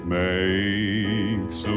makes